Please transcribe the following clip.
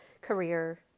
career